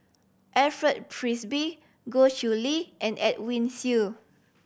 Alfred Frisby Goh Chiew Lye and Edwin Siew